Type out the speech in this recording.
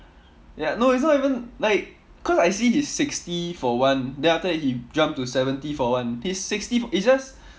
ya no it's not even like cause I see his sixty for one then after that he jump to seventy for one his sixty f~ it's just